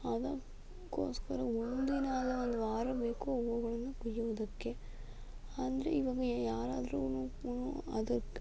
ಅದಕ್ಕೋಸ್ಕರ ಒಂದಿನ ಅಲ್ಲ ಒಂದು ವಾರ ಬೇಕು ಹೂವುಗಳನ್ನು ಕೊಯ್ಯೋದಕ್ಕೆ ಅಂದರೆ ಈವಾಗ ಯಾರಾದ್ರೂನೂಕ್ಕೂನೂ ಅದಕ್ಕೆ